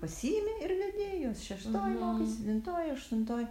pasiimi ir vedi juos šeštoj mokai septintoj aštuntoj